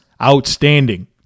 Outstanding